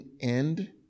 end